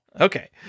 Okay